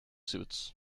suits